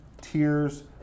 tears